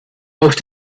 auf